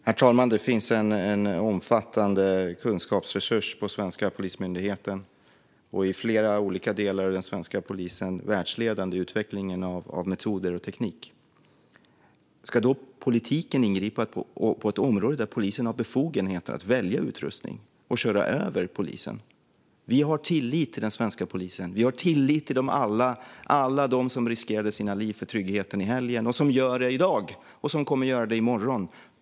Herr talman! Det finns en omfattande kunskapsresurs hos den svenska polismyndigheten. Och i flera olika delar är den svenska polisen världsledande i utvecklingen av metoder och teknik. Ska politiken då ingripa på ett område där polisen har befogenheter att välja utrustning och köra över polisen? Vi har tillit till den svenska polisen. Vi har tillit till alla dem som riskerade sina liv för tryggheten i helgen och som gör det i dag och som kommer att göra det i morgon.